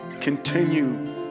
continue